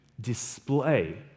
display